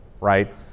right